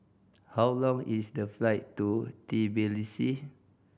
how long is the flight to Tbilisi